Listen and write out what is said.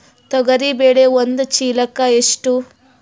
ತೊಗರಿ ಬೇಳೆ ಒಂದು ಚೀಲಕ ಎಷ್ಟು?